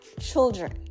children